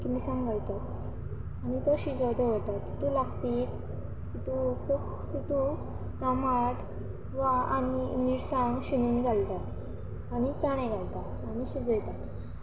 सुकी मिरसांग घालतात आनी तो शिजोवूंक दवरतात तातूंत लागपी तातूंत टमाट वा आनी मिरसांग शिनून घालतात आनी चणे घालता आनी शिजयतात